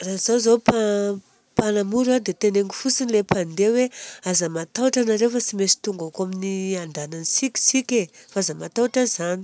Raha izaho zao no mpa- mpanamory a dia teneniko fotsiny ilay mpandeha hoe aza matahotra anareo fa tsy maintsy tongako amin'ny andehanantsika isika e, fa aza mataotra izany.